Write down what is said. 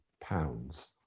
pounds